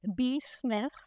bsmith